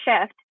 shift